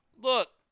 Look